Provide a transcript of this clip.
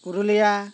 Purulia